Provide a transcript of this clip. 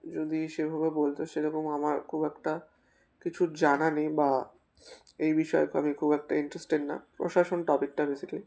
যদি সেভাবে বলত সেরকম আমার খুব একটা কিছু জানা নেই বা এই বিষয়ে খুব আমি খুব একটা ইন্টারেস্টেড না প্রশাসন টপিকটা বেসিক্যালি